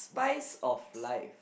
spice of life